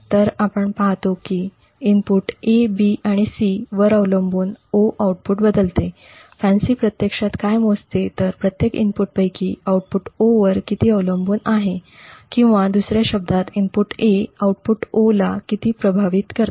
तर आपण पाहतो की इनपुट 'A' 'B' आणि 'C' वर अवलंबून 'O' आउटपुट बदलते फॅन्सी प्रत्यक्षात काय मोजते तर प्रत्येक इनपुटपैकी आउटपुट 'O' वर किती अवलंबून आहे किंवा दुसऱ्या शब्दांत इनपुट 'A' आउटपुट 'O' ला किती प्रभावित करते